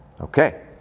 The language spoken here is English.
Okay